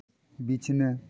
ᱵᱤᱪᱷᱱᱟᱹ